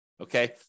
Okay